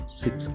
six